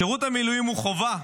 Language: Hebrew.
שירות המילואים הוא חובה,